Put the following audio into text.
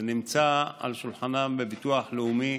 זה נמצא על השולחן בביטוח הלאומי.